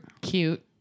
cute